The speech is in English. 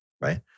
right